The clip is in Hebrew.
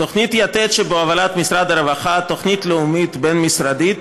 תוכנית לאומית בין-משרדית